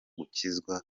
gukizwa